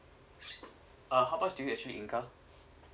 uh how much do you actually incur